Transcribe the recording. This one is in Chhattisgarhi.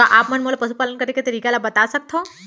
का आप मन मोला पशुपालन करे के तरीका ल बता सकथव?